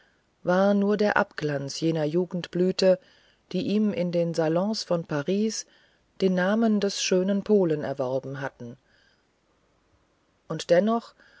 war nur der abglanz jener jugendblüte die ihm in den salons von paris den namen des schönen polen erworben hatte und dennoch